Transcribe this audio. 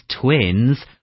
Twins